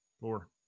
four